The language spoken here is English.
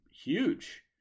huge